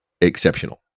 exceptional